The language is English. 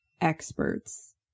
experts